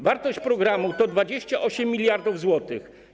Wartość programu to 28 mld zł.